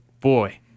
boy